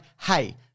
hey